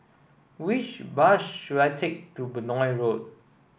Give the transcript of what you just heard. which bus should I take to Benoi Road